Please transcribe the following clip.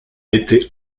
été